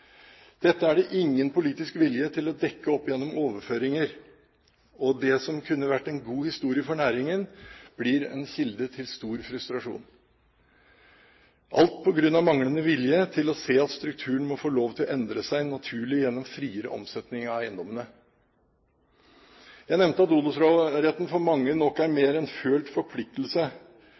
Dette er det ingen politisk vilje til å dekke opp gjennom overføringer, og det som kunne vært en god historie for næringen, blir en kilde til stor frustrasjon, alt på grunn av manglende vilje til å se at strukturen må få lov til å endre seg naturlig gjennom friere omsetning av eiendommene. Jeg nevnte at odelsretten for mange nok er mer en følt forpliktelse.